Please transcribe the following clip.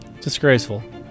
Disgraceful